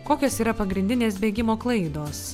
kokios yra pagrindinės bėgimo klaidos